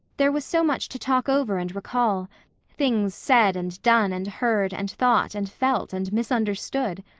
there was so much to talk over and recall things said and done and heard and thought and felt and misunderstood.